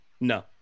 No